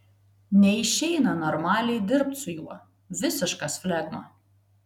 neišeina normaliai dirbt su juo visiškas flegma